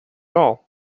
all